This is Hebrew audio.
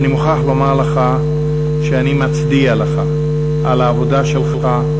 אני מוכרח לומר לך שאני מצדיע לך על העבודה שלך,